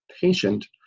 patient